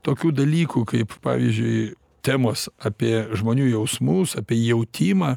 tokių dalykų kaip pavyzdžiui temos apie žmonių jausmus apie jautimą